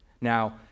Now